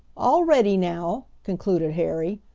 all ready now, concluded harry,